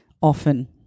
often